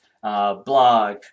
Blog